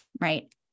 right